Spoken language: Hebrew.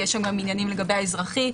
יש גם עניינים לגבי האזרחי,